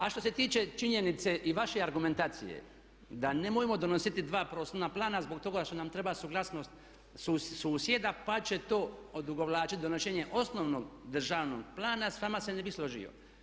A što se tiče činjenice i vaše argumentacije da nemojmo donositi dva prostorna plana zbog toga što nam treba suglasnost susjeda pa će to odugovlačit donošenje osnovnog državnog plana s vama se ne bih složio.